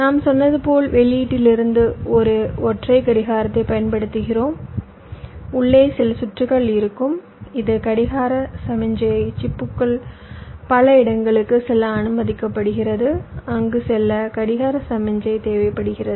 நாம் சொன்னது போல் வெளியீட்டிலிருந்து ஒரு ஒற்றை கடிகாரத்தை பயன்படுத்துகிறோம் உள்ளே சில சுற்றுகள் இருக்கும் இது கடிகார சமிக்ஞையை சிப்புக்குள் பல இடங்களுக்கு செல்ல அனுமதிக்கப்படுகிறது அங்கு செல்ல கடிகார சமிக்ஞை தேவைப்படுகிறது